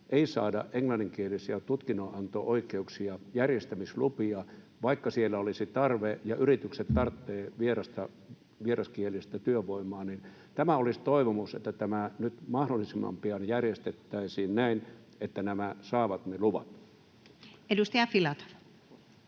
ei saada englanninkielisiä tutkinnonanto-oikeuksia, järjestämislupia, vaikka siellä olisi tarve ja yritykset tarvitsevat vierasta, vieraskielistä työvoimaa? Tämä olisi toivomus, että tämä nyt mahdollisimman pian järjestettäisiin näin, että nämä saavat ne luvat. [Speech 37]